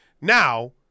Now